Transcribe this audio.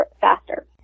faster